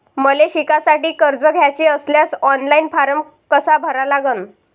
मले शिकासाठी कर्ज घ्याचे असल्यास ऑनलाईन फारम कसा भरा लागन?